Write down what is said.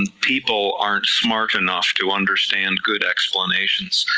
and people aren't smart enough to understand good explanations,